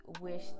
wish